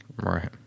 Right